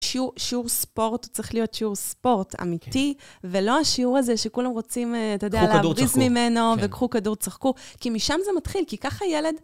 שיעור ספורט צריך להיות שיעור ספורט אמיתי, ולא השיעור הזה שכולם רוצים, אתה יודע, להבריז ממנו... קחו כדור תשחקו. וקחו כדור תשחקו, כי משם זה מתחיל, כי ככה ילד...